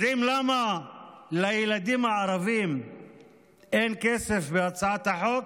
יודעים למה לילדים הערבים אין כסף בהצעת החוק?